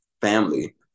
family